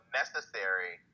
necessary